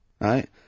right